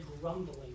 grumbling